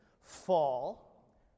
fall